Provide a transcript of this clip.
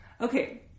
okay